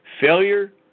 Failure